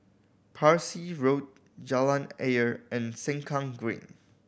Parsi Road Jalan Ayer and Sengkang Green